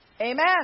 Amen